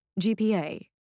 GPA